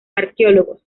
arqueólogos